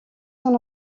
son